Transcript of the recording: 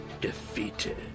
defeated